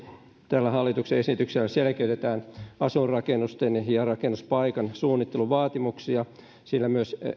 tällä hallituksen esityksellä selkeytetään asuinrakennusten ja rakennuspaikan suunnittelun vaatimuksia sillä myös